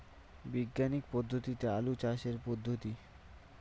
বিজ্ঞানিক পদ্ধতিতে আলু চাষের পদ্ধতি?